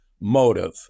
motive